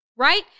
right